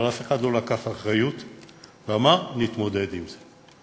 אבל אף אחד לא לקח אחריות ואמר: נתמודד עם זה.